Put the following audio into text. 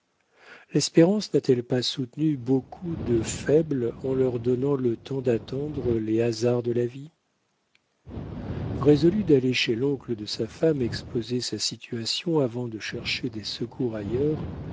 l'espérance n'a-t-elle pas soutenu beaucoup de faibles en leur donnant le temps d'attendre les hasards de la vie résolu d'aller chez l'oncle de sa femme exposer sa situation avant de chercher des secours ailleurs